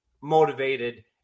motivated